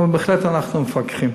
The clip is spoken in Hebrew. אבל בהחלט אנחנו מפקחים.